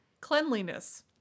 cleanliness